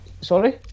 sorry